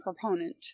proponent